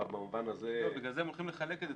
בגלל זה הם הולכים לחלק את זה.